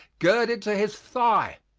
girded to his thigh.